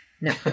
No